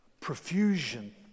Profusion